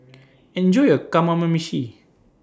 Enjoy your